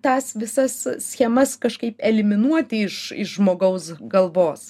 tas visas schemas kažkaip eliminuoti iš iš žmogaus galvos